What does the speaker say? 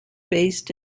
based